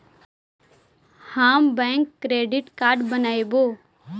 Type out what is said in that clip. हम bank credit card बनैवो?